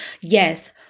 Yes